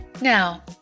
Now